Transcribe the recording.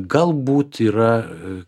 galbūt yra